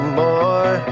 more